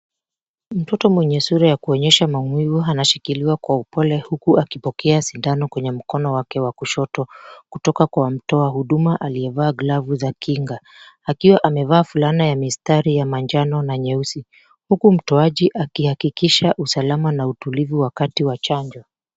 Mtoto mwenye sura ya kuonyesha maumivu, anashikiliwa kwa upole huku akipokea sindano kwenye mkono wake wa kushoto, kutoka kwa mtoa huduma aliyevaa glovu za kinga. Akiwa amevaa fulana ya mistari ya manjano na nyeusi, huku mtoaji akihakikisha usalama na utulivu wakati wa chanjo.